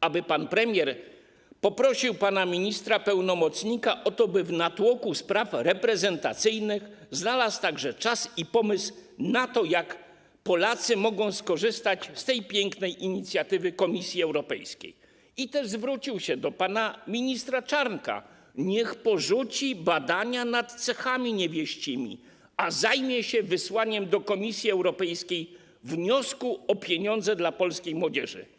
aby pan premier poprosił pana ministra pełnomocnika o to, by w natłoku spraw reprezentacyjnych znalazł także czas i pomysł na to, jak Polacy mogą skorzystać z tej pięknej inicjatywy Komisji Europejskiej, i zwrócił się też do pana ministra Czarnka, niech porzuci badania nad cechami niewieścimi, a zajmie się wysłaniem do Komisji Europejskiej wniosku o pieniądze dla polskiej młodzieży.